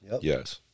yes